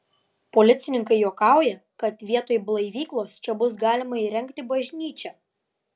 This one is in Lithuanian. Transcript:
policininkai juokauja kad vietoj blaivyklos čia bus galima įrengti bažnyčią